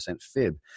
fib